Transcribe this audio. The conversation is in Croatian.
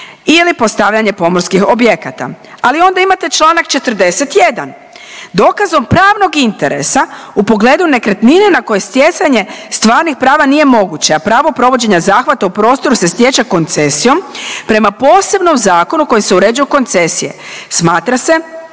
ili postavljanje pomorskih objekata. Ali onda imate Članak 41. dokazom pravnog interesa u pogledu nekretnine na kojoj stjecanje stvarnih prava nije moguće, a pravo provođenja zahvata u prostoru se stječe koncesijom prema posebnom zakonu kojim se uređuju koncesije. Smatra se